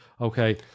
okay